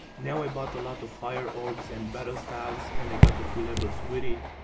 now i bought a lot of fire orbs and battlstaves and i got a few levels with it.